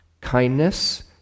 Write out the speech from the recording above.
kindness